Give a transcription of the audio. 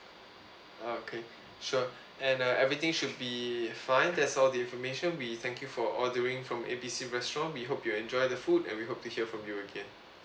okay sure and uh everything should be fine that's all the information we thank you for ordering from A B C restaurant we hope you enjoy the food and we hope to hear from you again